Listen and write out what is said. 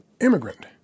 immigrant